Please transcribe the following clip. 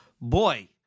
boy